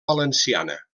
valenciana